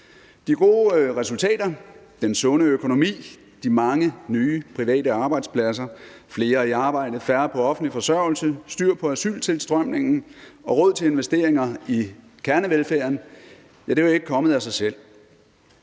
De gode resultater, den sunde økonomi, de mange nye private arbejdspladser, flere i arbejde og færre på offentlig forsørgelse, styr på asyltilstrømningen og råd til investeringer i kernevelfærden er jo ikke kommet af sig selv,